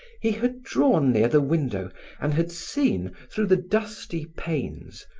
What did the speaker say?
he had drawn near the window and had seen, through the dusty panes,